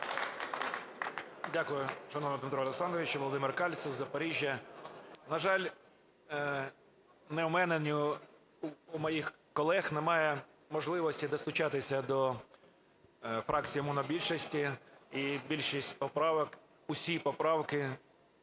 Дякую, шановний Дмитре Олександровичу. Володимир Кальцев, Запоріжжя. На жаль, ні у мене, ні у моїх колег немає можливості достучаться до фракції монобільшості і більшість поправок… усі поправки